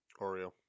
Oreo